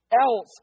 else